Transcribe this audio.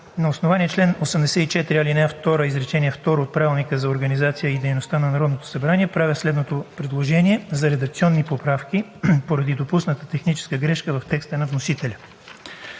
На основание чл. 84, ал. 2, изречение второ от Правилника за организация и дейността на Народното събрание правя следното предложение за редакционни поправки поради допусната техническа грешка в текста на вносителя